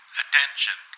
attention